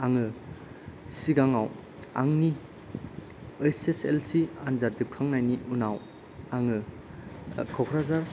आङो सिगाङाव आंनि ऐइस एस एल सि आनजाद जोबखांनायनि उनाव आङो क'क्राझार